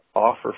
offer